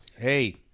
Hey